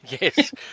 Yes